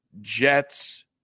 Jets